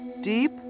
deep